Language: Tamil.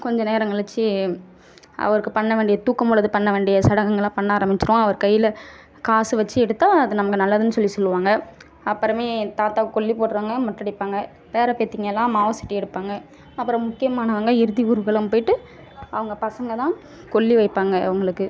கொஞ்சம் நேரம் கழிச்சு அவருக்கு பண்ண வேண்டிய தூக்கும் பொழுது பண்ண வேண்டிய சடங்குகள்லாம் பண்ண ஆரம்பிச்சுட்டோம் அவர் கையில் காசு வச்சு எடுத்தால் அது நமக்கு நல்லதுன்னு சொல்லி சொல்லுவாங்க அப்புறமே தாத்தாக்கு கொள்ளி போடறவங்க மொட்டை அடிப்பாங்க பேரன் பேத்திங்கள் எல்லாம் மாவு சட்டி எடுப்பாங்க அப்புறம் முக்கியமானவங்கள் இறுதி ஊர்வலம் போய்ட்டு அவங்க பசங்கள் தான் கொள்ளி வைப்பாங்க அவர்களுக்கு